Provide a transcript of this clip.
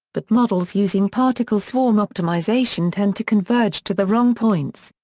but models using particle swarm optimization tend to converge to the wrong points.